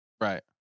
Right